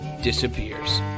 disappears